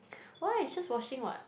why is just washing what